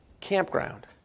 campground